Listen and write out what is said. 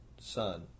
son